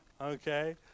Okay